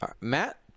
matt